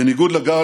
בניגוד לגל